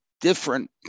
different